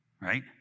Right